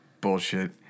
bullshit